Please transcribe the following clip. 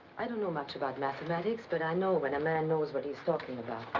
i don't know much about mathematics, but i know when a man knows what he's talking about.